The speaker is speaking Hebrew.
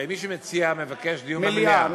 הרי מי שמציע מבקש דיון במליאה.